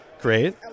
Great